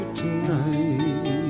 tonight